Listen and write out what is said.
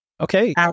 Okay